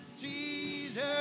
Jesus